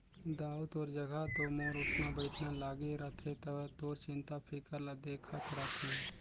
दाऊ तोर जघा तो मोर उठना बइठना लागे रथे त तोर चिंता फिकर ल देखत रथें